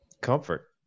Comfort